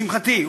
לשמחתי,